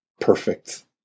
perfect